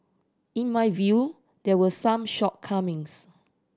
in my view there were some shortcomings